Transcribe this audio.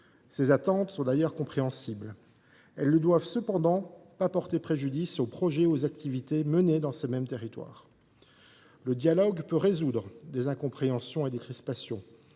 Ces attentes sont compréhensibles. Elles ne doivent toutefois pas porter préjudice aux projets et aux activités menés dans ces mêmes territoires. Le dialogue peut certes résoudre des incompréhensions et des crispations.